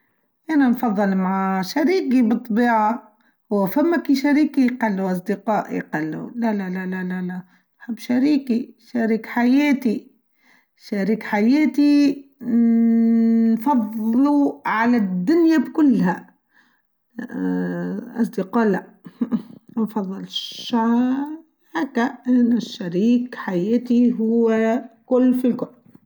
أنا نفظل مع شريكي بالطبيعه و فمك شريكي قلو أصدقائي قلو لا لا لا لا أحب شريكي شريك حياتي شريك حياتي ننننننن فظله على الدنيا كلها اااا أصدقاء لا هههه ما نفظلش اااا هاكا إلا شريك حياتي هو كل في الكل.